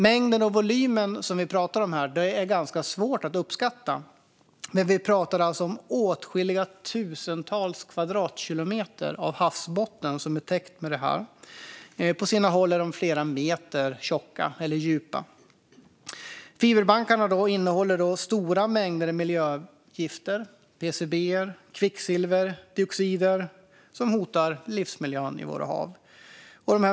Mängden och volymen är svår att uppskatta, men vi talar om åtskilliga tusen kvadratkilometer av havsbottnen som är täckt av detta. På sina håll är de flera meter djupa. Fiberbankarna innehåller stora mängder miljögifter, bland annat PCB, kvicksilver och dioxider, som hotar livsmiljön i våra hav.